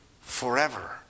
forever